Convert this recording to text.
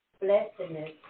blessedness